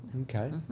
Okay